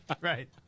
Right